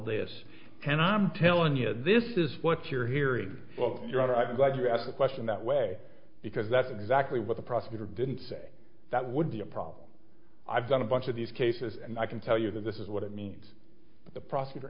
this and i'm telling you this is what you're hearing well your honor i'm glad you asked the question that way because that's exactly what the prosecutor didn't say that would be a problem i've done a bunch of these cases and i can tell you that this is what it means that the prosecutor